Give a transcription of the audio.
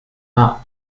are